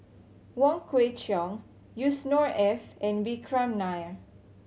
Wong Kwei Cheong Yusnor Ef and Vikram Nair